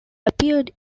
appeared